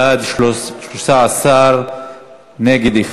13 בעד, אחד נגד,